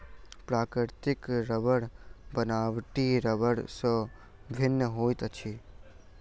प्राकृतिक रबड़ बनावटी रबड़ सॅ भिन्न होइत अछि